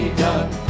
done